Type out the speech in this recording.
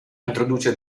introduce